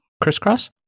Crisscross